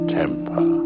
temper